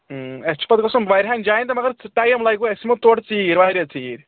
اَسہِ چھُ پَتہٕ گژھُن وارِیہَن جایَن تہٕ مگر ٹایم لَگِوٕ أسۍ یِمو تورٕ ژیٖرۍ واریاہ ژیٖرۍ